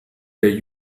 der